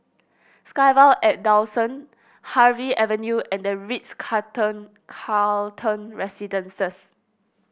SkyVille at Dawson Harvey Avenue and The Ritz Carlton Carlton Residences